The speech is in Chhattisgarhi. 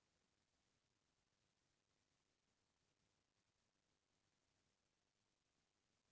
पेट के अम्ल ल कम करे बर सोडियम बाइकारबोनेट देना चाही